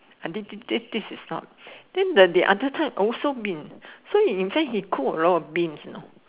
this this this is not then the the other time also beans so in fact he cook a lot of beans